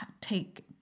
take